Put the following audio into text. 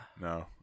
No